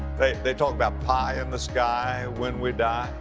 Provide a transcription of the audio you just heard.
they, they talk about, pie in the sky when we die.